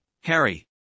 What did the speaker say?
Harry